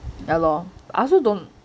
ya lor I also don't